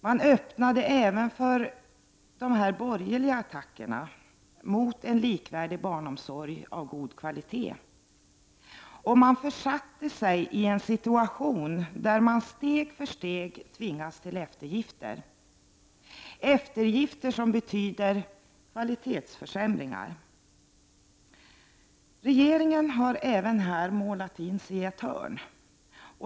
Man öppnade även för de borgerliga attackerna mot en likvärdig barnomsorg av god kvalitet. Man försatte sig i en situation där man steg för steg tvingades till eftergifter, eftergifter som betydde kvalitetsförsämringar. Regeringen har även här målat in sig i ett hörn.